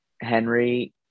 henry